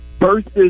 versus